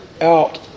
out